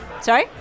sorry